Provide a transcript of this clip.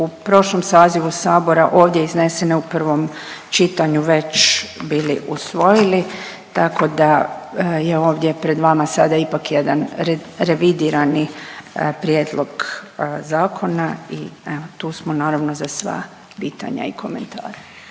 u prošlom sazivu saboru ovdje iznesene u prvom čitanju već bili usvojili tako da je ovdje pred vama sada ipak jedan revidirani prijedlog zakona i evo tu smo naravno za sva pitanja i komentare.